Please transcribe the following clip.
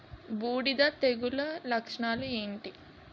బూడిద తెగుల లక్షణాలు ఏంటి?